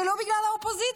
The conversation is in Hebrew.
זה לא בגלל האופוזיציה.